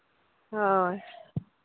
ᱦᱳᱭ